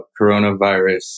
coronavirus